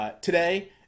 Today